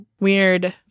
weird